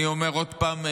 אני אומר עוד פעם,